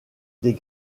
des